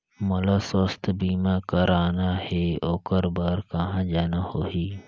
मोला स्वास्थ बीमा कराना हे ओकर बार कहा जाना होही?